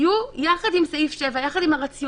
יושב-ראש איגוד רופאי בריאות הציבור מההסתדרות הרפואית.